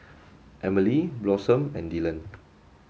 Emilie Blossom and Dillon